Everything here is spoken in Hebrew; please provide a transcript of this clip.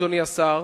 אדוני השר,